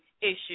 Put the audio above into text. issue